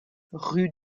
rue